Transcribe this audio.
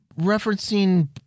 referencing